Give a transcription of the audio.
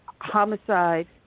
homicide